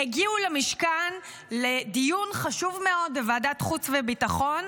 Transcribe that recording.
הגיעו למשכן לדיון חשוב מאוד בוועדת חוץ וביטחון,